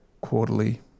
quarterly